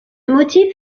motif